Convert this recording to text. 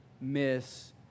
miss